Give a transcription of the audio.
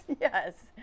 Yes